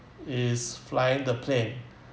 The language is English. is flying the plane